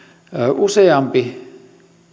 useampi